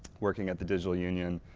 working at the digital union,